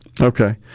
Okay